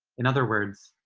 in other words,